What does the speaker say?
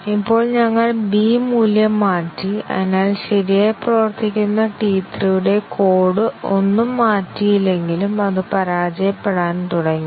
ഇപ്പോൾ ഞങ്ങൾ b മൂല്യം മാറ്റി അതിനാൽ ശരിയായി പ്രവർത്തിക്കുന്ന T3 യുടെ കോഡ് ഒന്നും മാറ്റിയില്ലെങ്കിലും അത് പരാജയപ്പെടാൻ തുടങ്ങി